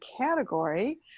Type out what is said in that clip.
category